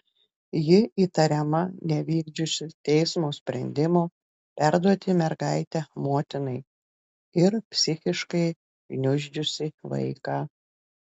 ji įtariama nevykdžiusi teismo sprendimo perduoti mergaitę motinai ir psichiškai gniuždžiusi vaiką